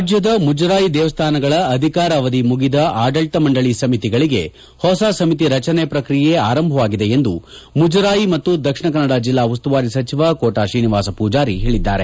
ರಾಜ್ಞದ ಮುಜರಾಯಿ ದೇವಸ್ಥಾನಗಳ ಅಧಿಕಾರವಧಿ ಮುಗಿದ ಆಡಳಿತ ಮಂಡಳಿ ಸಮಿತಿಗಳಿಗೆ ಹೊಸ ಸಮಿತಿ ರಚನೆ ಪ್ರಕ್ರಿಯೆ ಆರಂಭವಾಗಿದೆ ಎಂದು ಮುಜರಾಯಿ ಮತ್ತು ದಕ್ಷಿಣಕನ್ನಡ ಜೆಲ್ಲಾ ಉಸ್ತುವಾರಿ ಸಚಿವ ಕೋಟಾ ತ್ರೀನಿವಾಸ ಪೂಜಾರಿ ಹೇಳದ್ದಾರೆ